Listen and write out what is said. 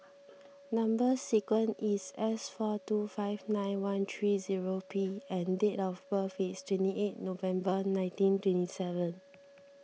Number Sequence is S four two five nine one three zero P and date of birth is twenty eight November nineteen twenty seven